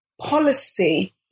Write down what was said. policy